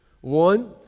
One